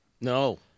No